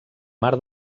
mar